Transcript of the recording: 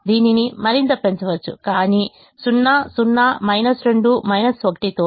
దీనిని మరింత పెంచవచ్చు కానీ 0 0 2 1 తో